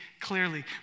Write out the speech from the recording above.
clearly